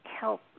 help